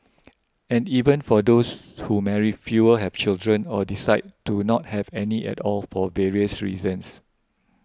and even for those who marry fewer have children or decide to not have any at all for various reasons